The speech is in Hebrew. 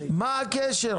מה הקשר?